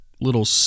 little